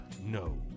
no